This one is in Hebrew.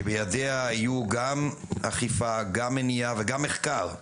שבידיה יהיו גם אכיפה, גם מניעה וגם מחקר.